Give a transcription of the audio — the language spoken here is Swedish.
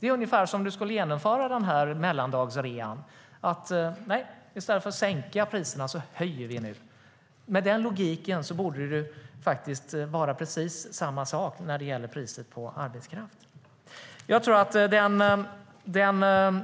Det är ungefär som att när mellandagsrean ska genomföras höjs priserna i stället för att sänkas. Med den logiken borde det vara precis samma sak när det gäller priset på arbetskraft. Den